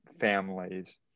families